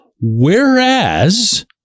Whereas